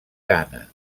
ghana